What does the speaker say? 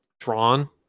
drawn